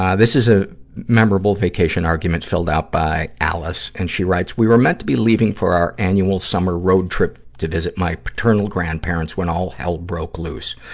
um this is a memorable vacation argument filled out by alice, and she writes, we were meant to be leaving for our annual summer road trip to visit my paternal grandparents when all hell broke loose.